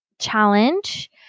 challenge